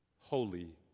holy